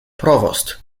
provost